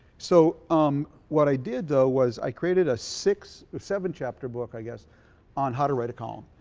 so um what i did though was i created a six, a seven chapter book i guess on how to write a column.